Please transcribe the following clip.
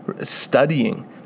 studying